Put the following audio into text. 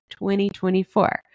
2024